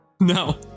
No